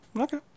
Okay